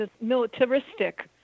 militaristic